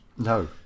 No